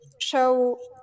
show